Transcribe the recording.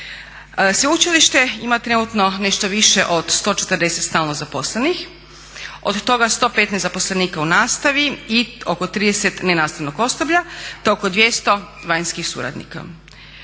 Sveučilište ima trenutno nešto više od 140 stalno zaposlenih. Od toga 115 zaposlenika u nastavi i oko 30 nenastavnog osoblja te oko 200 vanjskih suradnika.